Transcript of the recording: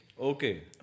Okay